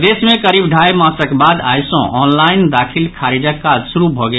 प्रदेश मे करीब ढाई मासक बाद आइ सॅ ऑनलाईन दाखिल खारिजक काज शुरू भऽ गेल